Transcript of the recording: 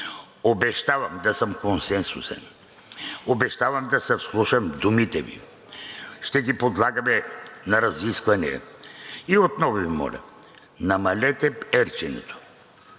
Обещавам да съм консенсусен. Обещавам да се вслушвам в думите Ви. Ще ги подлагаме на разисквания. И отново Ви моля, намалете перченето.